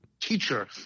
teacher